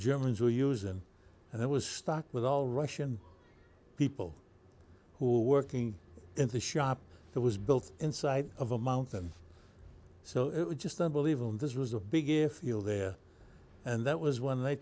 germans will use them and it was stocked with all russian people who are working in the shop that was built inside of a mountain so it was just unbelievable and this was a big if you will there and that was whe